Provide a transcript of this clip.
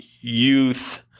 youth